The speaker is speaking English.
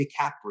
dicaprio